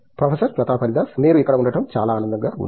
professor Pratap Haridas మీరు ఇక్కడ ఉండటం చాలా ఆనందంగా ఉంది